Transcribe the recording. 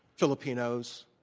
filipinos,